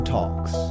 Talks